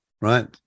right